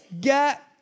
get